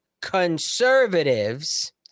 conservatives